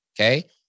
okay